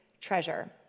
treasure